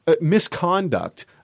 misconduct